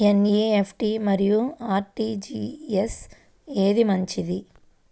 NEFT మరియు RTGS ఏది మంచిది?